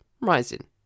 rising